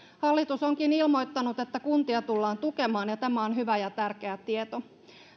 hallitus onkin ilmoittanut että kuntia tullaan tukemaan ja tämä on hyvä ja tärkeä tieto